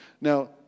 Now